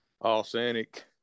authentic